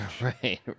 Right